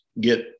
get